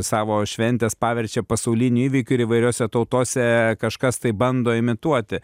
savo šventes paverčia pasauliniu įvykiu ir įvairiose tautose kažkas tai bando imituoti